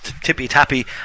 tippy-tappy